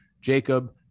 Jacob